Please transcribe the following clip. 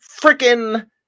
freaking